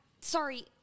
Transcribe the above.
Sorry-